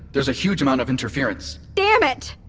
there's a huge amount of interference dammit!